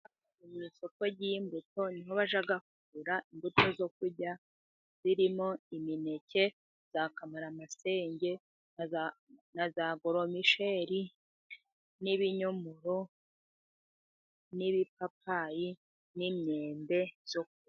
Mu isoko ry'imbuto ni ho bajya kugura imbuto zo kurya zirimo imineke ya kamaramasenge na za goromisheri, n'ibinyomoro n'ibipapayi n'myembe yo kurya.